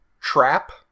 trap